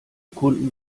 kunden